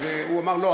אז הוא אמר: לא,